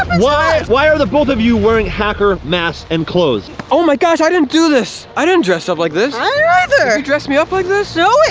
why why are the both of you wearing hacker masts and clothes? oh my gosh, i didn't do this. i didn't dress up like this dress me up like this. oh wait,